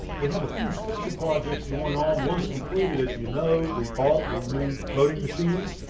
we have a few special projects going on. once completed, as you know, we bought the new voting machines.